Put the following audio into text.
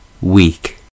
weak